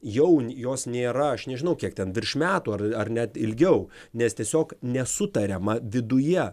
jau jos nėra aš nežinau kiek ten virš metų ar ar net ilgiau nes tiesiog nesutariama viduje